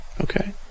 Okay